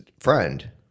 friend